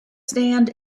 stand